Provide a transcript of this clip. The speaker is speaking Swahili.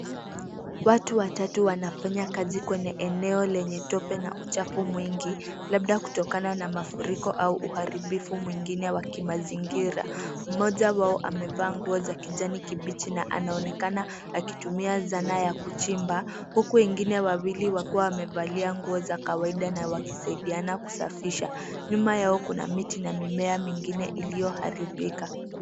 Watu watatu wanafanyakazi kwenye eneo lenye tope na uchafu mwingi, labda kutokana na mafuriko au uharibifu mwingine wa kimazingira. Mmoja wao amevaa nguo za kijani kibichi na anaonekana akitumia dhana ya kuchimba, huku wengine wawili wakiwa wamevalia nguo za kawaida na wakisaidiana kusafisha. Nyuma yao kuna miti na mimea mingine iliyoharibika.